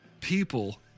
people